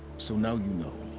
so now you know.